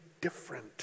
different